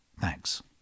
Thanks